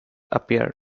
appeared